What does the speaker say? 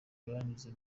banyuze